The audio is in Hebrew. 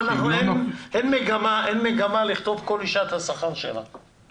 אין מגמה לכתוב את השכר של כל אישה.